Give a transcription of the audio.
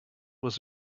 was